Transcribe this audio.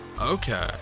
Okay